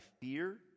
fear